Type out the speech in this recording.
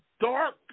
Dark